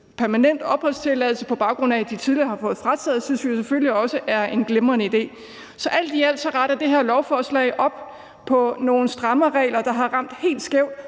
permanent opholdstilladelse, på baggrund af at de tidligere har fået det frataget, synes jeg selvfølgelig også er en glimrende idé. Så alt i alt retter det her lovforslag op på nogle stramme regler, der har ramt helt skævt,